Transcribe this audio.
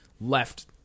left